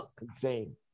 insane